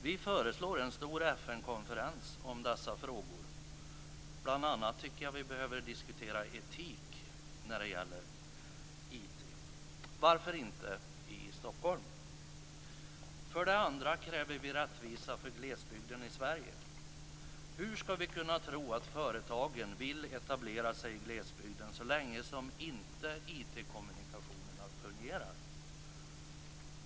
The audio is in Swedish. Vi föreslår en stor FN-konferens om dessa frågor - bl.a. tycker jag att vi behöver diskutera etik när det gäller IT - varför inte i För den andra kräver vi rättvisa för glesbygden i Sverige. Hur skall vi kunna tro att företagen vill etablera sig i glesbygden så länge som IT kommunikationerna inte fungerar?